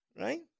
right